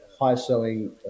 high-selling